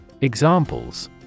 Examples